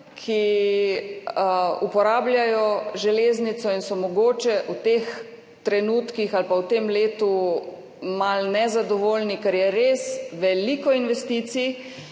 ki uporabljajo železnice in so mogoče v teh trenutkih ali pa v tem letu malo nezadovoljni, ker je res veliko investicij,